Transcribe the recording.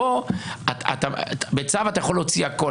אתה בצו יכול פה להוציא הכול.